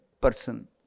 person